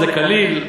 שזה כליל.